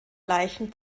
leichen